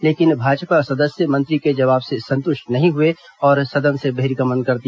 लेकिन भाजपा सदस्य मंत्री के जवाब से संतृष्ट नहीं हए और सदन से बहिर्गमन कर दिया